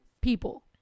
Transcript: people